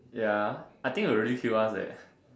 ya I think it will really kill us leh